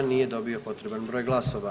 Nije dobio potreban broj glasova.